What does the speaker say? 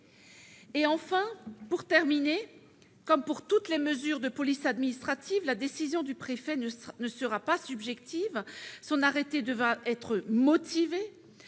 ! Enfin, comme pour toutes les mesures de police administrative, la décision du préfet ne sera pas subjective : son arrêté devra être motivé.